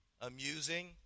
amusing